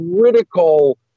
critical